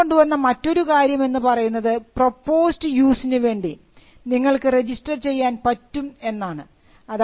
registration കൊണ്ടുവന്ന മറ്റൊരു കാര്യം എന്ന് പറയുന്നത് പ്രൊപ്പോസ്ഡ് യൂസിനു വേണ്ടി നിങ്ങൾക്ക് രജിസ്റ്റർ ചെയ്യാൻ പറ്റും എന്നാണ്